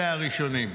אלה הראשונים.